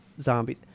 zombies